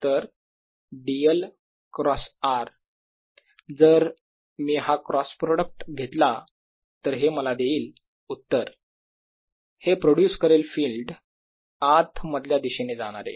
तर dl cross r जर मी हा क्रॉस प्रॉडक्ट घेतला तर हे मला देईल उत्तर हे प्रोड्युस करेल फिल्ड आत मधल्या दिशेने जाणारे